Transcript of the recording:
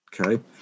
okay